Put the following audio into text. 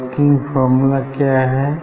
working formula क्या था